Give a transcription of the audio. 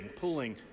pulling